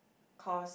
cause